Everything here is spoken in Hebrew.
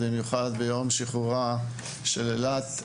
במיוחד ביום שחרורה של אילת.